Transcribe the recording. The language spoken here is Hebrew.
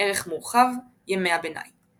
ערך מורחב – ימי הביניים